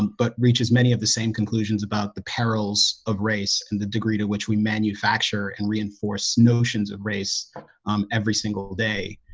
but reaches many of the same conclusions about the perils of race and the degree to which we manufacture and reinforce notions of race um every single day,